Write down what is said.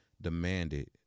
demanded